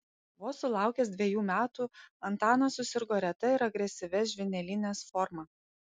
vos sulaukęs dvejų metų antanas susirgo reta ir agresyvia žvynelinės forma